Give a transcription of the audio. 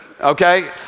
okay